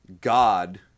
God